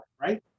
right